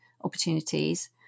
opportunities